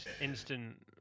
instant